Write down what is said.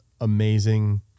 amazing